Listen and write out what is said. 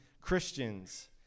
Christians